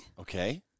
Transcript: Okay